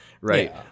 Right